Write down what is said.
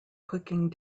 cooking